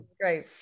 Great